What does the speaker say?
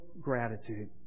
gratitude